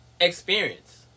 experience